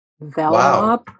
Velma